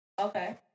Okay